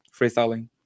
freestyling